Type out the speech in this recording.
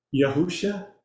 Yahusha